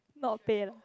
not pain ah